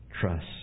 trust